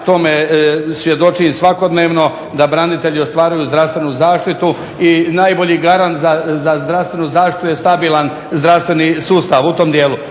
tome svjedočim svakodnevno, da branitelji ostvaruju zdravstvenu zaštitu i najbolji garant za zdravstvenu zaštitu je stabilan zdravstveni sustav u tom dijelu.